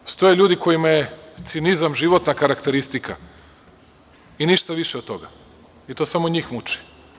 Postoje ljudi kojima je cinizam životna karakteristika i ništa više od toga i to samo njih muči.